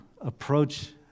approach